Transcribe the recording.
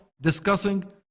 discussing